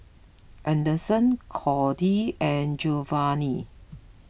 anderson Codi and Geovanni